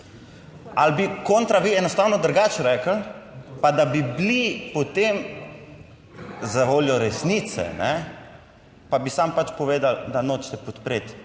Ali bi kontra vi enostavno drugače rekli, pa da bi bili potem zavoljo resnice pa bi samo pač povedali, da nočete podpreti